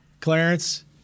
Clarence